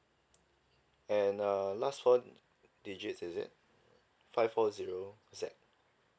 and uh last four digits is it five four zero Z